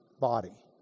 body